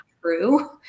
true